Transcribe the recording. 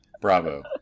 Bravo